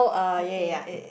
okay